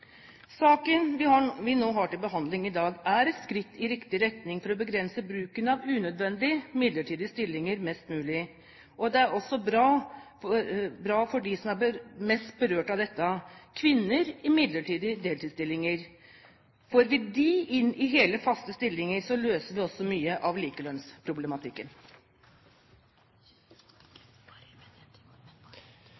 Saken vi har til behandling i dag, er et skritt i riktig retning for å begrense bruken av unødvendige midlertidige stillinger mest mulig. Det er også bra for dem som er mest berørt av dette – kvinner i midlertidige deltidsstillinger. Får vi dem inn i hele, faste stillinger, løser vi også mye av likelønnsproblematikken.